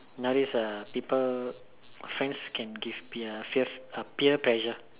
nowadays uh people friends can give peer fear uh peer pressure